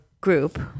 group